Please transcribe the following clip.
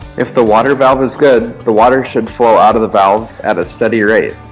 if the water valve is good, the water should flow out of the valve at a steady rate.